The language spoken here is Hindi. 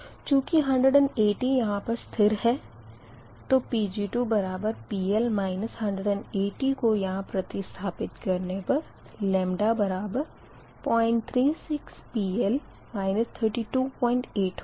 चूँकि 180 यहाँ पर स्थिर है तो Pg2PL 180 को यहाँ प्रतिस्थपित करने पर 036 PL 328 होगा